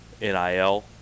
NIL